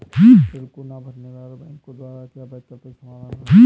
ऋण को ना भरने पर बैंकों द्वारा क्या वैकल्पिक समाधान हैं?